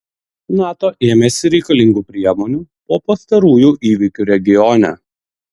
nato ėmėsi reikalingų priemonių po pastarųjų įvykių regione